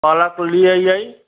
पलक ली अइयै